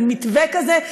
מין מתווה כזה,